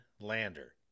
Lander